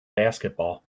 basketball